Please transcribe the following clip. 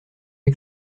les